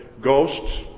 ghosts